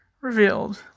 revealed